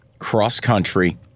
cross-country